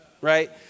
right